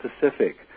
Pacific